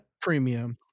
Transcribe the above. Premium